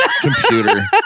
computer